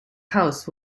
house